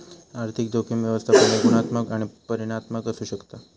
आर्थिक जोखीम व्यवस्थापन हे गुणात्मक आणि परिमाणात्मक असू शकता